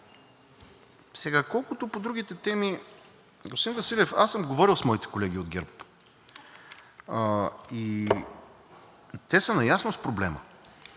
Колкото до другите теми, господин Василев, аз съм говорил с моите колеги от ГЕРБ и те са наясно с проблема